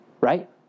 right